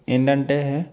ఏందంటే